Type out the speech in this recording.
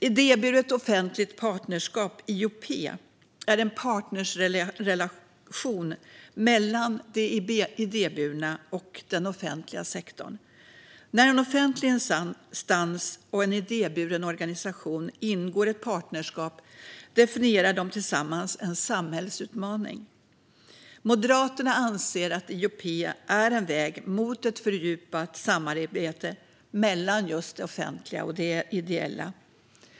Idéburet offentligt partnerskap, IOP, är en partnerskapsrelation mellan den idéburna och den offentliga sektorn. När en offentlig instans och en idéburen organisation ingår ett partnerskap definierar de tillsammans en samhällsutmaning. Moderaterna anser att IOP är en väg mot ett fördjupat samarbete mellan det offentliga och det ideella.